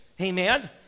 amen